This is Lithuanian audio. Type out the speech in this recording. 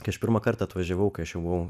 kai aš pirmą kartą atvažiavau kai aš jau buvau